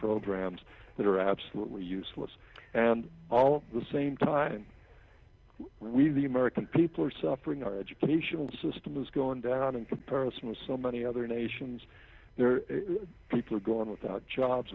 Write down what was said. programs that are absolutely useless and all the same time we the american people are suffering our educational system has gone down in comparison with so many other nations people are gone without jobs